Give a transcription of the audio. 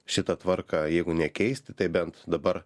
šita tvarka jeigu nekeisti tai bent dabar